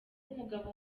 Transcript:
umugabo